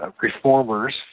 reformers